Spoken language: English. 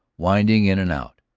winding in and out.